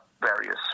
various